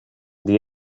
the